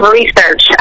research